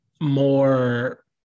more